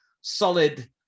solid